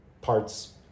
parts